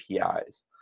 APIs